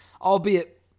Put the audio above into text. albeit